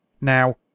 Now